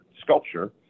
sculpture